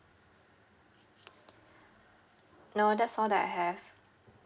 no that's all that I have